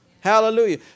Hallelujah